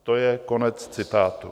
To je konec citátu.